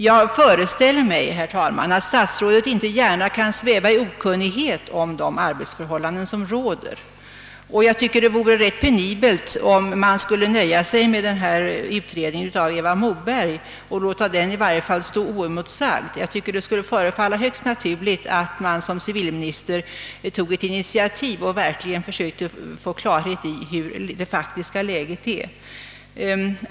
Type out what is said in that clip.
Jag föreställer mig, herr talman, att statsrådet inte gärna kan sväva i okunnighet om de arbetsförhållanden som råder. Det vore rätt penibelt om man skulle nöja sig med denna utredning av Eva Moberg eller i varje fall låta den stå oemotsagd. Det skulle förefalla högst naturligt att civilministern toge ett initiativ och verkligen försökte vinna klarhet beträffande det faktiska läget.